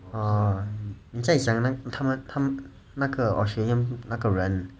orh 你在讲他们他们那个 australian 那个人